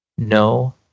No